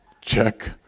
Check